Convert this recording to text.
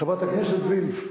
חברת הכנסת וילף,